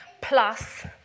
plus